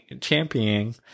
championing